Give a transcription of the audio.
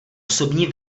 osobní